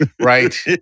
right